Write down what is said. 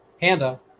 panda